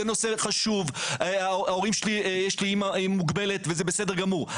זה נושא חשוב, יש לי אימא מוגבלת, וזה בסדר גמור.